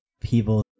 people